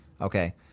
Okay